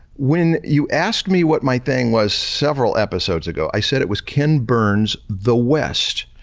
when you asked me what my thing was several episodes ago i said it was ken burns the west.